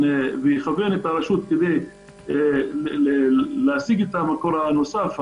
את הרשות כדי להשיג את המקור הנוסף,